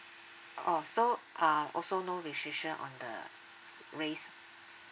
oh so uh also no restriction on the race